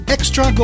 Extra